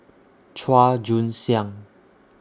Chua Joon Siang